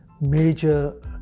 Major